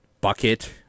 bucket